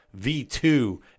V2